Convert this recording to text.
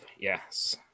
yes